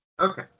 Okay